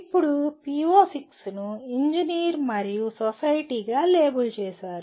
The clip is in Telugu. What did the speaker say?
ఇప్పుడు PO6 ను ఇంజనీర్ మరియు సొసైటీగా లేబుల్ చేశారు